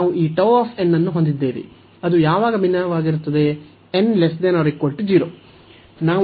ನಾವು ಈ Γ ಅನ್ನು ಹೊಂದಿದ್ದೇವೆ ಅದು ಯಾವಾಗ ಭಿನ್ನವಾಗಿರುತ್ತದೆ n≤0